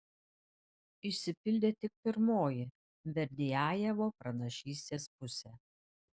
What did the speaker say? išsipildė tik pirmoji berdiajevo pranašystės pusė